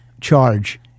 Charge